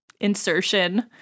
insertion